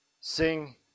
Sing